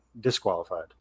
disqualified